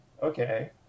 Okay